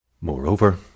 Moreover